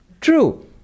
True